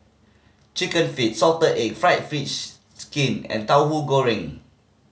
Chicken Feet salted egg fried fish skin and Tauhu Goreng